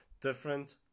different